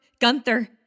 Gunther